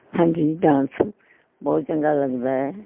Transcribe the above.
ਹਾਂਜੀ ਡਾਂਸ ਬਹੁਤ ਚੰਗਾ ਲੱਗਦਾ ਹੈ